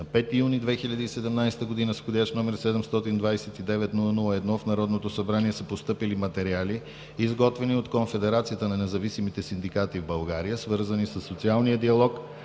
На 5 юни 2017 г. с вх. № 729-00-1 в Народното събрание са постъпили материали, изготвени от Конфедерацията на независимите синдикати в България, свързани със социалния диалог